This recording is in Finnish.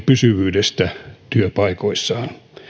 pysyvyydestä työpaikoissa